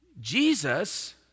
Jesus